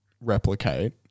replicate